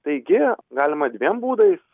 taigi galima dviem būdais